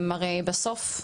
בסוף,